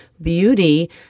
beauty